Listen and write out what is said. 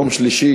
יום שלישי,